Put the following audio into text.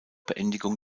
beendigung